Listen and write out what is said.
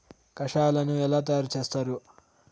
కషాయాలను ఎలా తయారు చేస్తారు?